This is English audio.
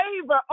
favor